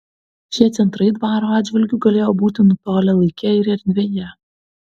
šie centrai dvaro atžvilgiu galėjo būti nutolę laike ir erdvėje